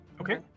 Okay